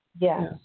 Yes